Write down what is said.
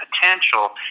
potential